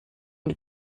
mit